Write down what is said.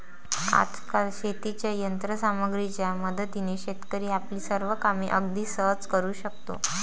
आजकाल शेतीच्या यंत्र सामग्रीच्या मदतीने शेतकरी आपली सर्व कामे अगदी सहज करू शकतो